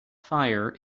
fire